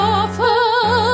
Awful